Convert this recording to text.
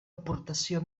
aportació